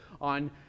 on